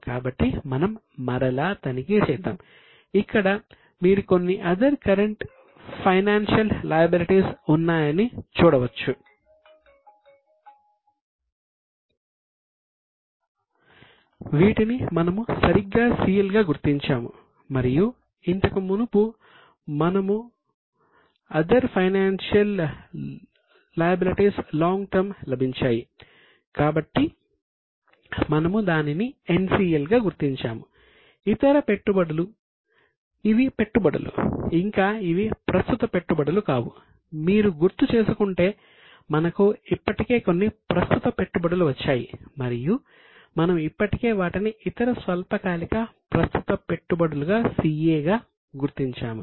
కాబట్టి మనం మరలా తనిఖీ చేద్దాం ఇక్కడ మీరు కొన్ని అదర్ కరెంట్ ఫైనాన్సియల్ లయబిలిటీస్ ఇవి పెట్టుబడులు ఇంకా ఇవి ప్రస్తుత పెట్టుబడులు కావు మీరు గుర్తు చేసుకుంటే మనకు ఇప్పటికే కొన్ని ప్రస్తుత పెట్టుబడులు వచ్చాయి మరియు మనము ఇప్పటికే వాటిని ఇతర స్వల్పకాలిక ప్రస్తుత పెట్టుబడులుగా CA గా గుర్తించాము